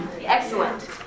Excellent